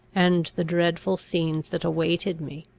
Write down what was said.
and the dreadful scenes that awaited me.